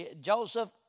Joseph